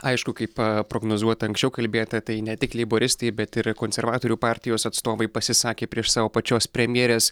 aišku kaip prognozuota anksčiau kalbėta tai ne tik leiboristai bet ir konservatorių partijos atstovai pasisakė prieš savo pačios premjerės